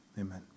amen